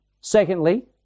Secondly